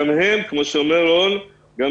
כפי שאומר רון חולדאי,